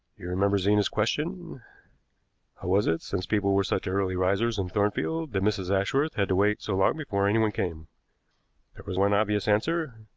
you remember zena's question how was it, since people were such early risers in thornfield, that mrs. ashworth had to wait so long before anyone came there was one obvious answer.